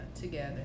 together